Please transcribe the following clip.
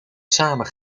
samen